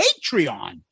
patreon